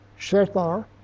Shethar